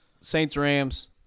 Saints-Rams